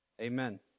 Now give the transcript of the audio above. Amen